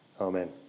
Amen